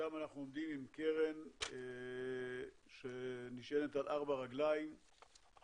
ששם אנחנו עומדים עם קרן שנשענת על ארבע רגליים עם